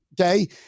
Okay